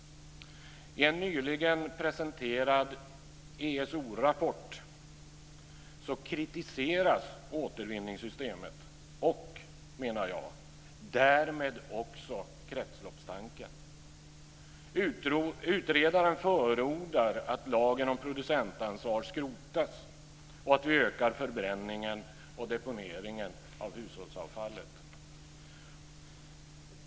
I en nyligen presenterad ESO-rapport kritiseras återvinningssystemet och, menar jag, därmed också kretsloppstanken. Utredaren förordar att lagen om producentansvar skrotas och att vi ökar förbränningen och deponeringen av hushållsavfallet.